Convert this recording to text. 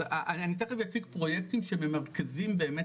אז אני תיכף אציג פרויקטים שממרכזים באמת,